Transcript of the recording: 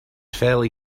fairly